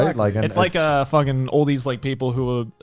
right? like and it's like, ah fucking all these like people who will,